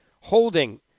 holding